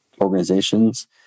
organizations